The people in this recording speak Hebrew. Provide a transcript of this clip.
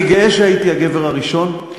אני גאה שהייתי הגבר הראשון,